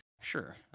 sure